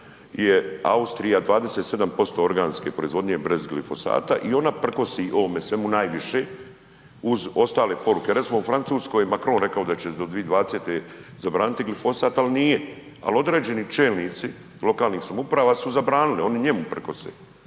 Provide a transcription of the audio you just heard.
je Austrija 27% organske proizvodnje brez glifosata i ona prkosi ovome svemu najviše uz ostale poruke, recimo u Francuskoj Macron rekao da će do 2020. zabraniti glifosat ali nije, ali određeni čelnici lokalnih samouprava su zabranili, oni njemu prkose